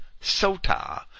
Sota